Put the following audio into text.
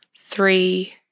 three